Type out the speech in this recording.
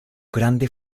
grande